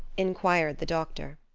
inquired the doctor.